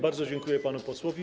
Bardzo dziękuję panu posłowi.